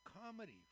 comedy